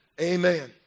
Amen